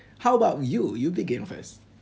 how about you you begin first